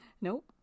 nope